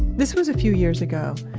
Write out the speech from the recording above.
this was a few years ago.